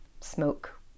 smoke